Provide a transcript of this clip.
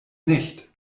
nicht